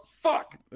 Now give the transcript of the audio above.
fuck